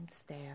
staff